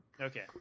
Okay